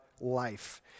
life